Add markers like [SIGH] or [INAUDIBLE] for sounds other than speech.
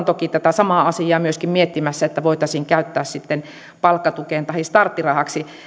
[UNINTELLIGIBLE] toki tätä samaa asiaa ollaan miettimässä myöskin sinne tavallisen työttömyysturvan puolelle että sitä voitaisiin käyttää sitten palkkatukeen tahi starttirahaksi